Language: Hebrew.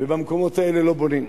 ובמקומות האלה לא בונים,